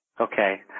okay